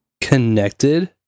Connected